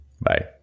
Bye